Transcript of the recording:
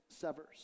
severs